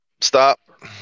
stop